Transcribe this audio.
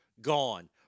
Gone